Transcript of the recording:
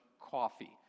coffee